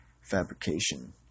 fabrication